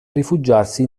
rifugiarsi